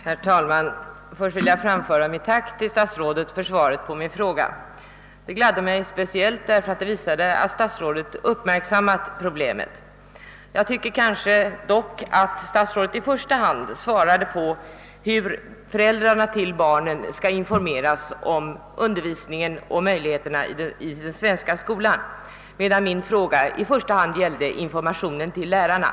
Herr talman! Jag ber att få framföra mitt tack till statsrådet för svaret på min fråga. Det gladde mig speciellt därför att det visade att statsrådet uppmärksammat problemet. I svaret upplyste emellertid statsrådet framför allt om hur barnens föräldrar skall informeras om religionsundervisningen i den svenska skolan, medan min fråga i första hand gällde informationen till lärarna.